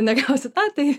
negausit a tai